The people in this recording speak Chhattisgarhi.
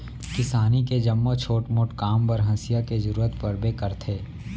किसानी के जम्मो छोट मोट काम बर हँसिया के जरूरत परबे करथे